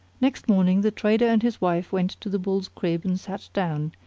next morning the trader and his wife went to the bull's crib and sat down,